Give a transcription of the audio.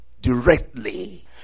directly